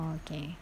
oh okay